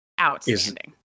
outstanding